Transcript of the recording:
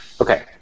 Okay